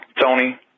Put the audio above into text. Tony